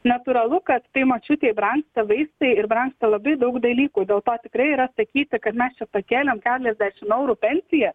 natūralu kad tai močiutei brangsta vaistai ir brangsta labai daug dalykų dėl to tikrai yra sakyti kad mes čia pakėlėm keliasdešimt eurų pensiją